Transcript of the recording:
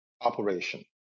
operation